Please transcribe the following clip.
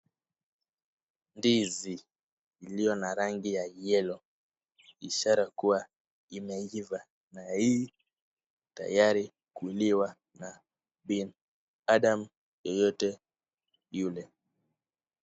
Ndizi iliyo na rangi ya yellow ishara kuwa imeiva na i tayari kuliwa na binadamu yeyote yule.